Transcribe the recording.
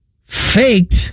faked